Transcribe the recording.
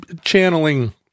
channeling